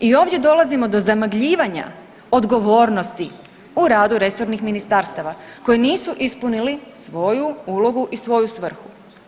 I ovdje dolazimo do zamagljivanja odgovornosti u radu resornih ministarstava koji nisu ispunili svoju ulogu i svoju svrhu.